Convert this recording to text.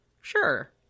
Sure